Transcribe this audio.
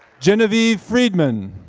genevieve friedman.